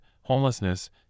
homelessness